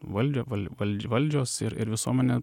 valdė val valdžia valdžios ir ir visuomenė